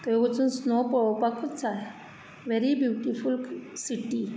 थंय वचून स्नो पळोवपाकूच जाय वेरी ब्यूटीफूल सिटी